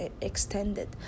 extended